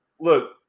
look